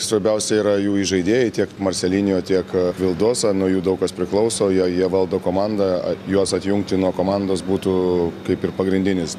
svarbiausia yra jų įžaidėjai tiek marselinjo tiek vildosa nuo jų daug kas priklauso jie jie valdo komandą juos atjungti nuo komandos būtų kaip ir pagrindinis